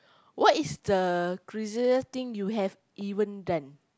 what is the craziest thing you have even done